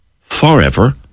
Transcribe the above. forever